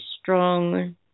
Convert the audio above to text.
strong